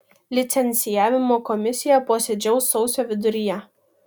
licencijavimo komisija posėdžiaus sausio viduryje